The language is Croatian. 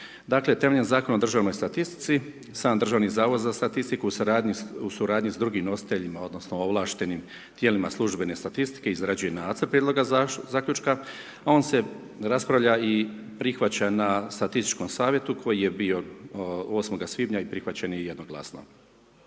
temeljem Zakona o državnoj statistici, sam DZSS u suradnji sa drugim nositeljima odnosno ovlaštenim tijelima službene statistike, izrađuje nacrt prijedloga zaključka, on se raspravlja i prihvaća na Statističkom savjetu koji je bi 8. svibnja i prihvaćen je jednoglasno.